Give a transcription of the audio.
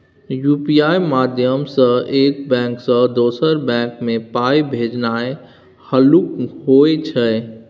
UPI माध्यमसँ एक bank सँ दोसर बैंक मे पाइ भेजनाइ हल्लुक होइ छै